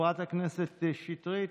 חברת הכנסת שטרית,